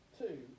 two